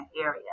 area